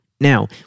Now